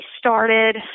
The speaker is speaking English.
started